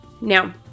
Now